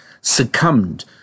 succumbed